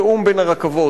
התיאום בין הרכבות.